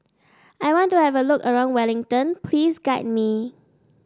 I want to have a look around Wellington please guide me